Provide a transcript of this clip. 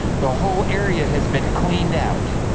the whole area has been cleaned out.